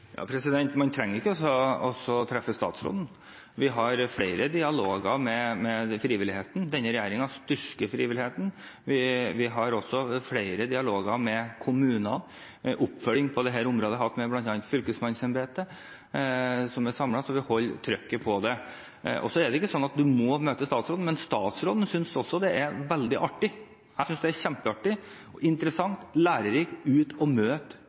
Man trenger ikke treffe statsråden. Vi har flere dialoger med frivilligheten. Denne regjeringen styrker frivilligheten. Vi har også flere dialoger med kommunene. Vi har hatt oppfølging på dette området med bl.a. fylkesmannsembetet, som er samlet, så vi holder trykket på det. Det er ikke slik at du må møte statsråden, men statsråden synes det er interessant og lærerikt å møte folk som er i en sårbar situasjon, og høre om hverdagen deres, få med meg hverdagens innhold og